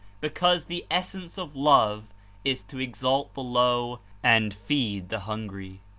because the essence of love is to exalt the low and feed the hungry.